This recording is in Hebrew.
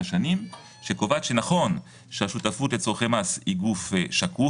שנים שקובעת שנכון שהשותפות לצורכי מס היא גוף שקוף,